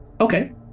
Okay